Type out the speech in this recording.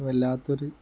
വല്ലാത്തൊരു